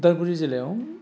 उदालगुरि जिल्लायाव